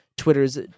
twitter's